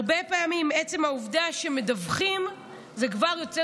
הרבה פעמים עצם העובדה שמדווחים כבר יוצר